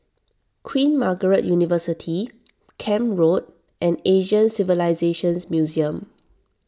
Queen Margaret University Camp Road and Asian Civilisations Museum